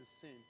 sin